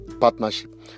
partnership